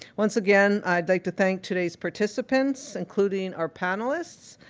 once again, i'd like to thank today's participants, including our panellists,